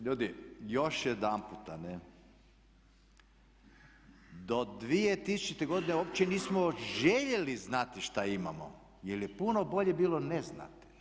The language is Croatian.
Ljudi još jedanputa do 2000. godine uopće nismo željeli znati šta imamo, jer je puno bolje bilo ne znati.